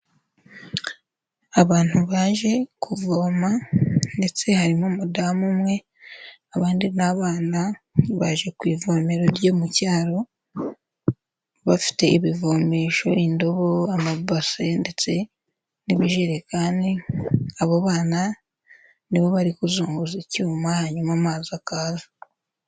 Abantu baje kuvoma ndetse harimo umudamu umwe abandi n'abana baje ku ivomero rye mu cyaro bafite ibivomesho indobo, amabaso ndetse n'ibijerekani. Abo bana nibo bari kuzunguza icyuma hanyuma amazi akaza.